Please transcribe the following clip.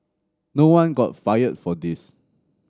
no one got fired for this